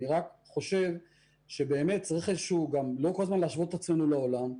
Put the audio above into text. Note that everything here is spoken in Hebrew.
אני רק חושב שלא צריך כל הזמן להשוות את עצמנו לעולם.